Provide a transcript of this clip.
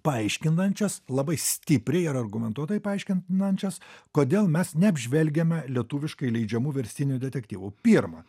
paaiškinančias labai stipriai ar argumentuotai paaiškinančias kodėl mes neapžvelgiame lietuviškai leidžiamų verstinių detektyvų pirma